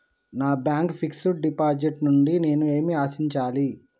నా bank fixed deposit నుండి నేను ఏమి ఆశించాలి?